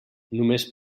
només